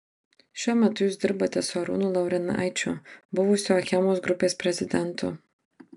šiuo metu jūs dirbate su arūnu laurinaičiu buvusiu achemos grupės prezidentu